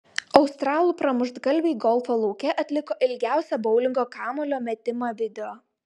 australų pramuštgalviai golfo lauke atliko ilgiausią boulingo kamuolio metimą video